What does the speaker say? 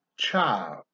child